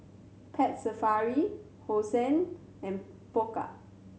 Pet Safari Hosen and Pokka